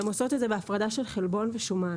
הם עושים את זה בהפרדה של חלבון ושומן.